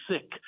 sick